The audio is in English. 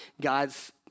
God's